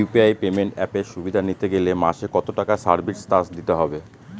UPI payment অ্যাপের সুবিধা নিতে গেলে মাসে কত টাকা সার্ভিস চার্জ দিতে হবে?